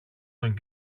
τον